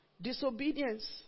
Disobedience